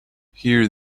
hear